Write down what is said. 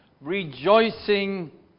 rejoicing